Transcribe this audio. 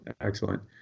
Excellent